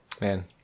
Man